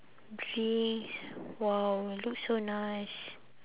drinks !wow! look so nice